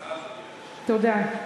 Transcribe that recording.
תודה.